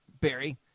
Barry